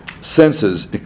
senses